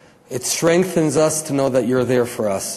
It strengthens us to know that you are there for us.